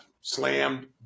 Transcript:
slammed